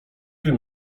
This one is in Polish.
wiem